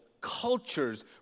cultures